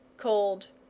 cold,